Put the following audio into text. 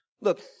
Look